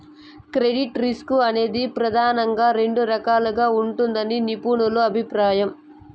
credit risk అనేది ప్రెదానంగా రెండు రకాలుగా ఉంటదని నిపుణుల అభిప్రాయం